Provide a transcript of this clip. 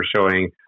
showing